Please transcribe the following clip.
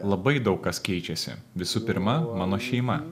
labai daug kas keičiasi visų pirma mano šeima